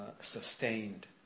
sustained